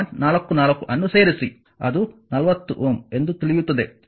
44 ಅನ್ನು ಸೇರಿಸಿ ಅದು 40 Ω ಎಂದು ತಿಳಿಯುತ್ತದೆ